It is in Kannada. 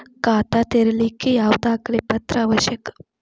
ಖಾತಾ ತೆರಿಲಿಕ್ಕೆ ಯಾವ ದಾಖಲೆ ಪತ್ರ ಅವಶ್ಯಕ?